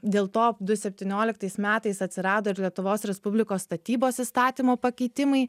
dėl to du septynioliktais metais atsirado ir lietuvos respublikos statybos įstatymo pakeitimai